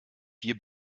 wir